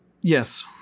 Yes